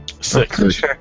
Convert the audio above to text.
Six